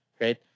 right